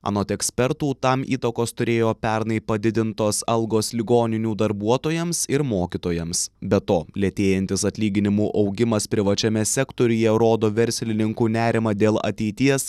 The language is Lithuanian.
anot ekspertų tam įtakos turėjo pernai padidintos algos ligoninių darbuotojams ir mokytojams be to lėtėjantis atlyginimų augimas privačiame sektoriuje rodo verslininkų nerimą dėl ateities